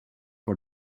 for